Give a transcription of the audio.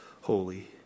holy